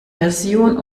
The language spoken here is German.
version